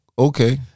Okay